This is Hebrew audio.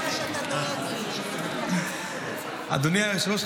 --- אדוני היושב-ראש,